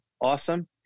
awesome